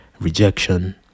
rejection